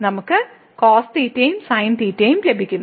നമുക്ക് ഈ cosθ യും sinθ യും ലഭിക്കുന്നു